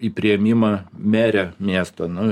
į priėmimą merė miesto nu